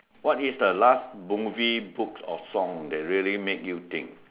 what is the last movie books or song that really made you think